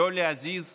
לא להזיז,